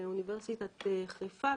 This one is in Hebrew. מאוניברסיטת חיפה,